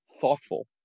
thoughtful